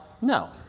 no